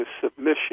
submission